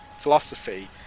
philosophy